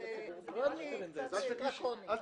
זה נראה לי קצת דרקוני.